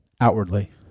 Outwardly